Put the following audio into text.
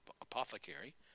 apothecary